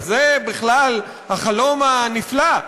זה בכלל החלום הנפלא,